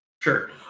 Sure